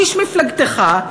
איש מפלגתך,